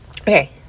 Okay